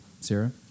Sarah